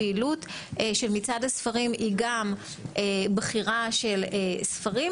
הפעילות של מצעד הספרים היא גם בחירה של ספרים,